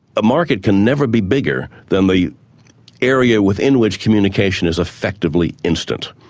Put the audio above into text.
a market can never be bigger than the area within which communication is effectively instant,